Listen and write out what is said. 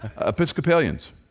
Episcopalians